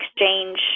exchange